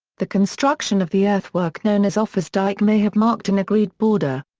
the construction of the earthwork known as offa's dyke may have marked an agreed border.